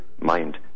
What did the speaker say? mind